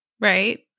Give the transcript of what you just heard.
right